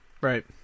Right